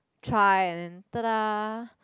try and then tada